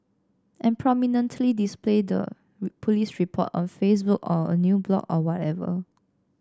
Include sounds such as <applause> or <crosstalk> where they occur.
and prominently display the <unintelligible> police report on Facebook or a new blog or wherever